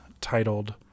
titled